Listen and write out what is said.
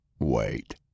Wait